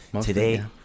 today